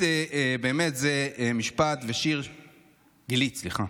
נס וסטילה,